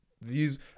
views